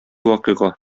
вакыйга